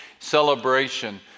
celebration